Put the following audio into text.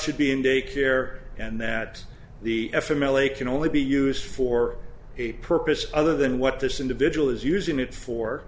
should be in daycare and that the f m l a can only be used for a purpose other than what this individual is using it for